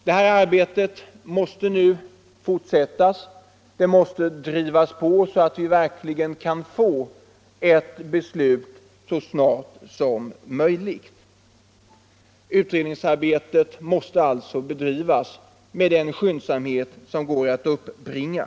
Det arbete som pågår måste nu fortsätta, och det måste även drivas på, så att vi verkligen kan få ett beslut så snart som möjligt. Utredningsarbetet måste alltså bedrivas med all den skyndsamhet som går att uppbringa.